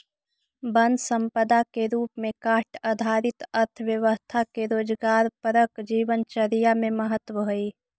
वन सम्पदा के रूप में काष्ठ आधारित अर्थव्यवस्था के रोजगारपरक जीवनचर्या में महत्त्व हइ